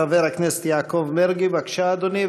חבר הכנסת יעקב מרגי, בבקשה, אדוני.